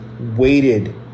waited